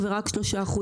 רכשה בחזרה קרקעות,